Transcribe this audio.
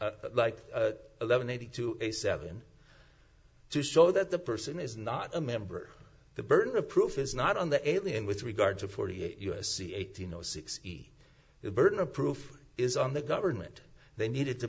seven like eleven eighty two eighty seven to show that the person is not a member the burden of proof is not on the alien with regard to forty eight u s c eighteen zero six the burden of proof is on the government they needed to